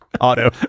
Auto